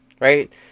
Right